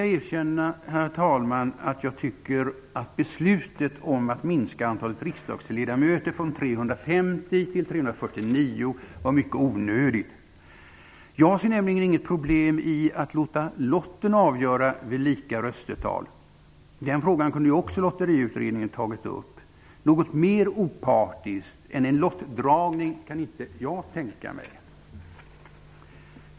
Jag vill erkänna att jag tycker att beslutet om att minska antalet riksdagsledamöter från 350 till 349 var mycket onödigt. Jag ser nämligen inget problem i att låta lotten avgöra vid lika röstetal. Den frågan kunde också Lotteriutredningen ha tagit upp. Något mer opartiskt än en lottdragning kan inte jag tänka mig.